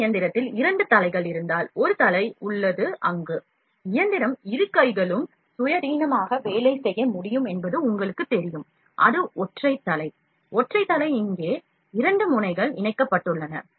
இந்த இயந்திரத்தில் இரண்டு தலைகள் இருந்தால் ஒரு தலை உள்ளது அங்கு இயந்திரம் இரு கைகளும் சுயாதீனமாக வேலை செய்ய முடியும் என்பது உங்களுக்குத் தெரியும் அது ஒற்றை தலை ஒற்றை தலை இங்கே ஒற்றை தலை இரண்டு முனைகள் இணைக்கப்பட்டுள்ளன